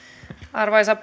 arvoisa